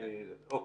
אוקיי.